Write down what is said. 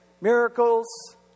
miracles